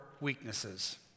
weaknesses